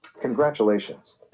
Congratulations